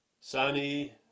sunny